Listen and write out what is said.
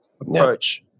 approach